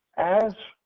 as